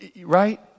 Right